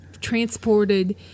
transported